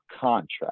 contract